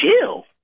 chill